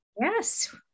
Yes